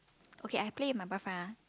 okay I play with my boyfriend ah